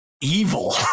evil